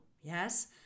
Yes